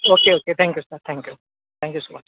okay thank you sir thank you thank you so much